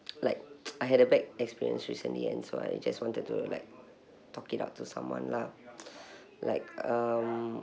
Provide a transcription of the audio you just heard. like I had a bad experience recently and so I just wanted to like talk it out to someone lah like um